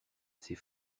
ces